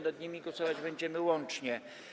Nad nimi głosować będziemy łącznie.